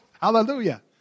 Hallelujah